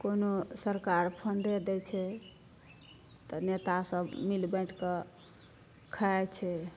कोनो सरकार फण्डे दै छै तऽ नेता सब मिल बाॅंटिके खाइ छै